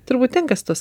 turbūt tenka su tuo